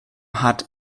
hat